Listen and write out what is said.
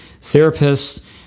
therapists